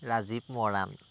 Rajiv Moran